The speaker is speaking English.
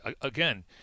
Again